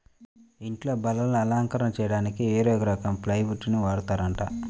ఇంట్లో బల్లలు, అలంకరణలు చెయ్యడానికి వేరే రకం ప్లైవుడ్ నే వాడతారంట